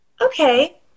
okay